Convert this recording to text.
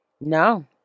No